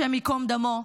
השם ייקום דמו,